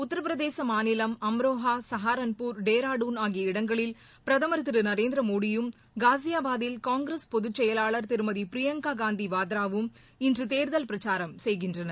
உத்திரபிரதேச மாநிலம் அம்ரோஹா சஹரான்பூர் டேராடுன் ஆகிய இடங்களில் பிரதமர் திரு நரேந்திரமோடியும் காஸியாபாதில் காங்கிரஸ் பொதுச்செயலாளர் திருமதி பிரியங்கா காந்தி வாத்ராவும் இன்று தேர்தல் பிரச்சாரம் செய்கின்றனர்